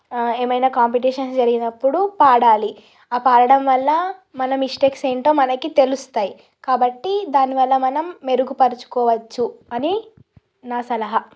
ఏమైనా కాంపిటీషన్స్ జరిగినప్పుడు పాడాలి ఆ పాడడం వల్ల మన మిస్టేక్స్ ఏంటో మనకి తెలుస్తాయి కాబట్టి దాని వల్ల మనం మెరుగుపరుచుకోవచ్చు అని నా సలహా